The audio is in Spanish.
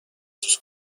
sus